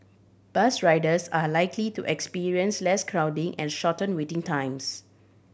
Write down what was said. bus riders are likely to experience less crowding and shorter waiting times